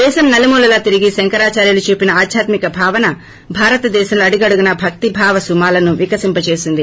దేశం నలుమూలల తిరిగి శంకరాచార్యులు చూపిన ఆధ్యాత్మిక భావన భారతదేశంలో అడుగడుగునా భక్తి భావ సుమాలను వికసింపజేసింది